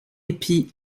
épi